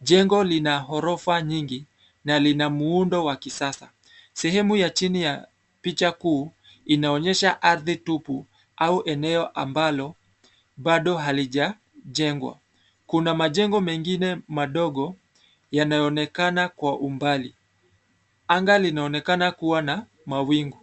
Jengo lina ghorofa nyingi na lina muundo wa kisasa. Sehemu ya chini ya picha huu inaonyesha ardhi tupu au eneo ambalo bado halijajengwa. Kuna majengo mengine madogo yanayoonekana kwa umbali. Anga linaonekana kuwa na mawingu.